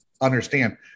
understand